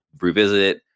revisit